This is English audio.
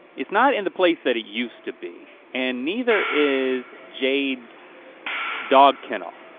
it's not in the place that it used to be and neither is jade's dog kennel.